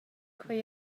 quei